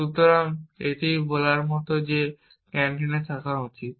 সুতরাং এটা বলার মতো যে আমার ক্যান্টিনে থাকা উচিত